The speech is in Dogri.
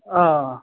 हांऽ